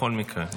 בכל מקרה.